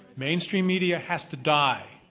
mainstream media has to die.